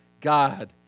God